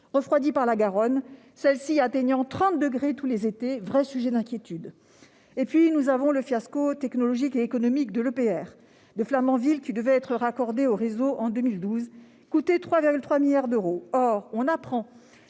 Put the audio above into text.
refroidie par la Garonne, qui atteint 30 degrés tous les étés, vrai sujet d'inquiétude. Il faut ensuite se pencher sur le fiasco technologique et économique de l'EPR de Flamanville, qui devait être raccordé au réseau en 2012 et coûter 3,3 milliards d'euros. Or on a appris